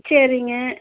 சரிங்க